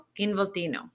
involtino